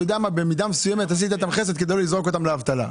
במידה מסוימת עשית איתם חסד כדי לא לזרוק אותם לאבטלה.